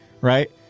right